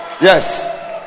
Yes